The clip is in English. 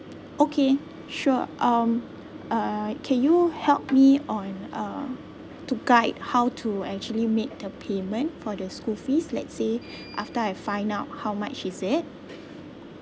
okay sure um uh can you help me on uh to guide how to actually make the payment for the school fees let's say after I find out how much is it